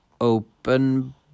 open